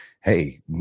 Hey